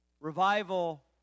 Revival